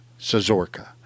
Sazorka